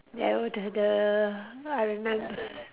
there were the the I remem~